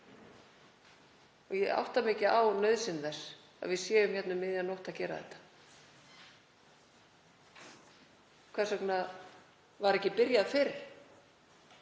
Ég átta mig ekki á nauðsyn þess að við séum hér um miðja nótt að gera þetta. Hvers vegna var ekki byrjað fyrr?